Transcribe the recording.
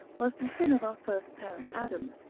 was the sin of our first parent adam,